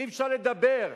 אי-אפשר לדבר.